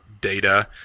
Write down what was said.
data